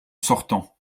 sortant